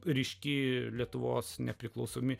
ryški lietuvos nepriklausomybė